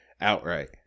outright